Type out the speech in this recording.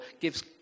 gives